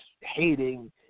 hating